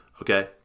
okay